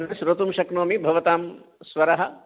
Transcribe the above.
न श्रोतुं शक्नोमि भवतां स्वरः